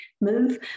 move